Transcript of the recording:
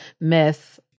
myth